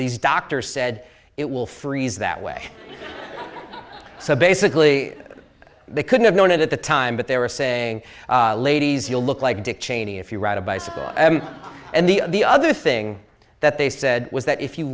these doctors said it will freeze that way so basically they couldn't have known it at the time but they were saying ladies you look like a dick cheney if you ride a bicycle and the the other thing that they said was that if you